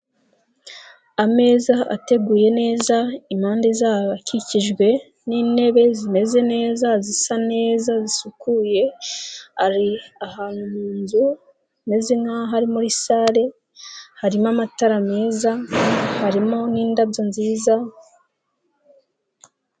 Ameza ateguye neza impande zaho hakikijwe n'intebe zimeze neza, zisa neza, zisukuye, ari ahantu mu nzu imeze nk'aho ari muri sare, harimo amatara meza, harimo n'indabyo nziza.